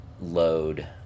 load